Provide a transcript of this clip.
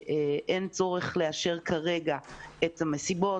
שאין צורך לאשר כרגע את המסיבות.